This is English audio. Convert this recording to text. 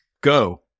go